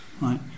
right